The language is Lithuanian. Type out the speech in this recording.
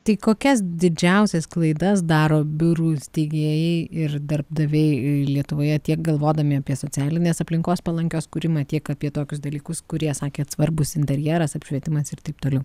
tai kokias didžiausias klaidas daro biurų steigėjai ir darbdaviai lietuvoje tiek galvodami apie socialinės aplinkos palankios kūrimą tiek apie tokius dalykus kurie sakėt svarbūs interjeras apšvietimas ir taip toliau